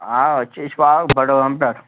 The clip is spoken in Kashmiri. آ أسۍ چھِ اِشفاق بَڈٕ گام پٮ۪ٹھ